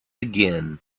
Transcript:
again